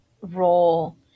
role